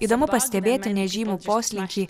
įdomu pastebėti nežymų poslinkį